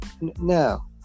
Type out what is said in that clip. No